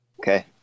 Okay